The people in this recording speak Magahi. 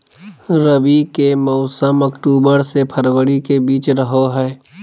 रबी के मौसम अक्टूबर से फरवरी के बीच रहो हइ